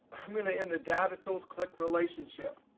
i'm going to, in the data tools, click relationship.